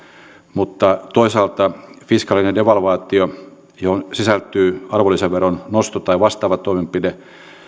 mutta toisaalta fiskaalinen devalvaatio johon sisältyy arvonlisäveron nosto tai vastaava toimenpide